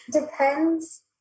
depends